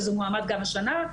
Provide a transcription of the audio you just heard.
וזה מועמד גם השנה.